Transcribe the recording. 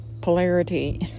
polarity